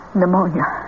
Pneumonia